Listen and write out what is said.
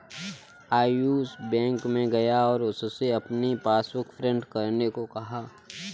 Ayush bank में गया और उससे अपनी पासबुक प्रिंट करने को कहा